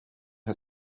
her